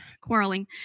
quarreling